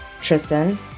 Tristan